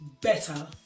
better